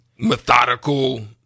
methodical